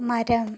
മരം